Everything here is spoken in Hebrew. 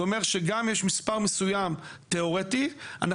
זה אומר שגם יש מספר מסוים תיאורטי אנחנו